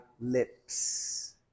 lips